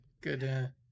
Good